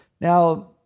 Now